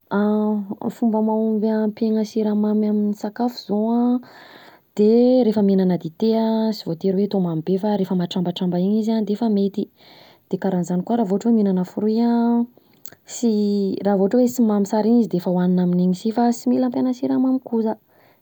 Fomba mahoby hampihena siramamy amin'ny sakafa zao an, de rehefa mihinana dité, sy voatery hoe atao mamy be fa rehefa matrambatramba iny izy an defa mety, de karanzany koa raha vao ohatra hoe mihinana fruit an: sy raha vao ohatra hoe tsy mamy tsara iny izy defa hoanina amin'iny si fa sy mila ampiana siramamy koza, de zany angambany.